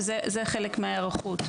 וזה חלק מההיערכות של החוק.